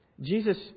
Jesus